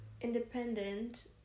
Independent